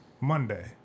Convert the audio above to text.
Monday